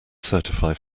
certify